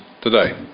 today